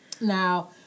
Now